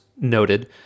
noted